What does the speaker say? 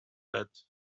that